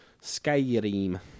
Skyrim